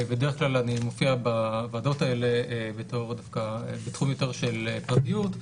בדרך כלל אני מופיע בוועדות האלה בתור דווקא בתחום יותר של פרטיות,